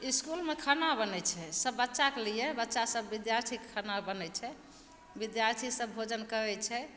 इसकुलमे खाना बनय छै सब बच्चाके लिए बच्चा सब विद्यार्थीके खाना बनय छै विद्यार्थी सब भोजन करय छै